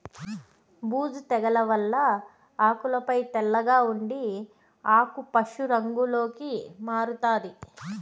బూజు తెగుల వల్ల ఆకులపై తెల్లగా ఉండి ఆకు పశు రంగులోకి మారుతాది